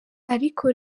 ariko